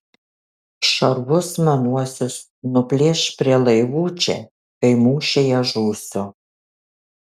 šarvus manuosius nuplėš prie laivų čia kai mūšyje žūsiu